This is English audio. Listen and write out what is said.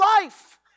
life